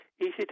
Easy